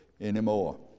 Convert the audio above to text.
anymore